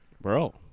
Bro